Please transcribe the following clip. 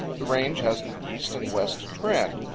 the range has an east-and-west trend.